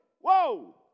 Whoa